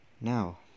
Now